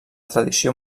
tradició